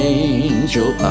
angel